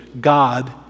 God